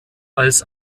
als